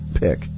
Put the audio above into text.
pick